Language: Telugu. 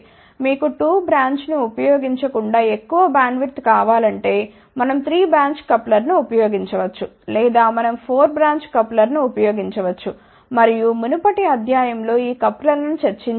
మీకు 2 బ్రాంచ్ను ఉపయోగించకుండా ఎక్కువ బ్యాండ్విడ్త్ కావాలంటే మనం 3 బ్రాంచ్ కప్లర్ను ఉపయోగించవచ్చు లేదా మనం 4 బ్రాంచ్ కప్లర్లను ఉపయోగించవచ్చు మరియు మునుపటి అధ్యాయం లో ఈ కప్లర్లను చర్చించాము